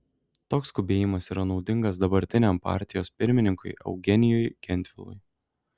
toks skubėjimas yra naudingas dabartiniam partijos pirmininkui eugenijui gentvilui